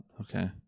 Okay